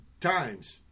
times